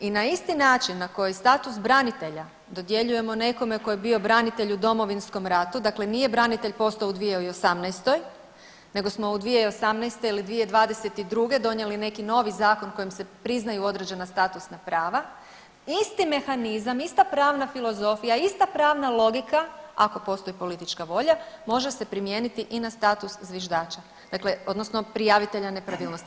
I na isti način na koji status branitelja dodjeljujemo nekome tko je bio branitelj u Domovinskom ratu, dakle nije branitelj postao u 2018., nego smo 2018. ili 2022. donijeli neki novi zakon kojim se priznaju određena statusna prava, isti mehanizam, ista pravna filozofija, ista pravna logika ako postoji politička volja može se primijeniti i na status zviždača, dakle odnosno prijavitelja nepravilnosti.